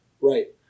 Right